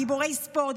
גיבורי ספורט,